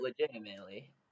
legitimately